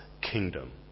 kingdom